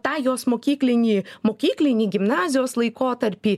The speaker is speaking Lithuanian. tą jos mokyklinį mokyklinį gimnazijos laikotarpį